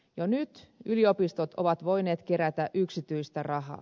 jo nyt yliopistot ovat voineet kerätä yksityistä rahaa